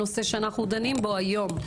הנושא שאנחנו דנים בו היום: